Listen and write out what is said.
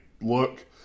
look